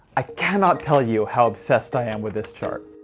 i cannot tell you how obsessed i am with this chart.